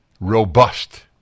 robust